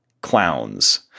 Clowns